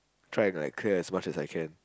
try and like curse as much as I can